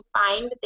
find